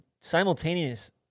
simultaneous